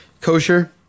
kosher